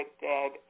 dead